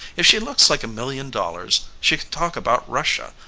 if she looks like a million dollars she can talk about russia,